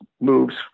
moves